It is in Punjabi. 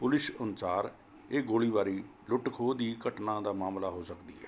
ਪੁਲਿਸ ਅਨੁਸਾਰ ਇਹ ਗੋਲੀਬਾਰੀ ਲੁੱਟ ਖੋਹ ਦੀ ਘਟਨਾ ਦਾ ਮਾਮਲਾ ਹੋ ਸਕਦੀ ਹੈ